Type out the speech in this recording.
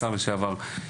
השר לשעבר,